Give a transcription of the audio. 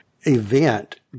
event